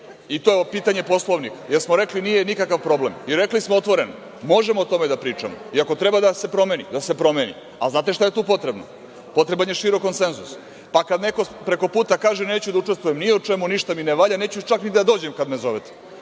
vi.I to pitanje - Poslovnik, da li smo rekli da nije nikakav problem? Rekli smo otvoreno da možemo o tome da pričamo i ako treba da se promeni, da se promeni. Ali, znate šta je tu potrebno? Potreban je širok konsenzus. Pa, kada neko preko puta kaže - neću da učestvujem ni u čemu, ništa mi ne valja, neću čak ni da dođem kada me zovete,